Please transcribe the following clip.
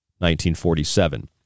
1947